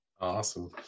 Awesome